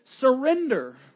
surrender